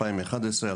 2011,